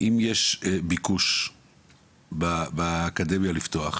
אם יש ביקוש באקדמיה לפתוח